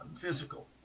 Physical